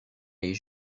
les